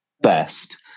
best